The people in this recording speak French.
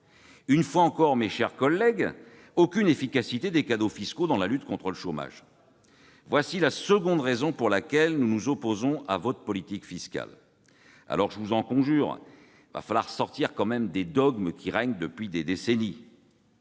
Une fois encore, mes chers collègues, il n'y a aucune efficacité des cadeaux fiscaux dans la lutte contre le chômage ! Voici la seconde raison pour laquelle nous nous opposons à votre politique fiscale. Aussi, je vous en conjure, il faut sortir des dogmes qui règnent depuis des décennies.